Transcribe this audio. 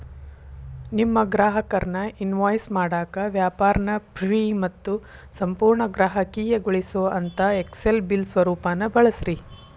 ನಿಮ್ಮ ಗ್ರಾಹಕರ್ನ ಇನ್ವಾಯ್ಸ್ ಮಾಡಾಕ ವ್ಯಾಪಾರ್ನ ಫ್ರೇ ಮತ್ತು ಸಂಪೂರ್ಣ ಗ್ರಾಹಕೇಯಗೊಳಿಸೊಅಂತಾ ಎಕ್ಸೆಲ್ ಬಿಲ್ ಸ್ವರೂಪಾನ ಬಳಸ್ರಿ